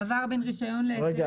חבר'ה,